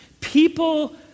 People